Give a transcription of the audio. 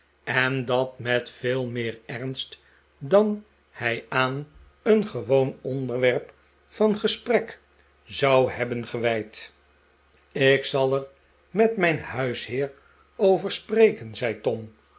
en dat met veel meer ernst dan hij aan een gewoon onderwerp van gesprek zou hebben gewijd ik zal er met mijn huisheer over spreken zei tom